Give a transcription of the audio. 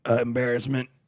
Embarrassment